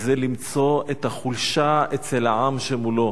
וזה למצוא את החולשה אצל העם שמולו.